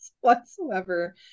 whatsoever